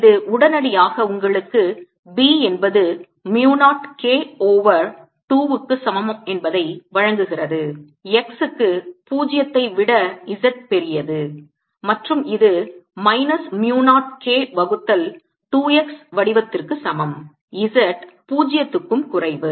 இது உடனடியாக உங்களுக்கு B என்பது mu 0 K ஓவர் 2 க்கு சமம் என்பதை வழங்குகிறது - x க்கு 0 ஐ விட z பெரியது மற்றும் இது மைனஸ் mu 0 K வகுத்தல் 2 x வடிவத்திற்கு சமம் z 0 க்கும் குறைவு